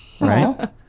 Right